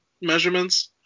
measurements